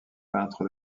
peintre